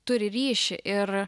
turi ryšį ir